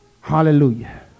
Hallelujah